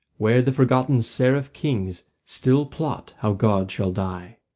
where the forgotten seraph kings still plot how god shall die.